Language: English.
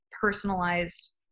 personalized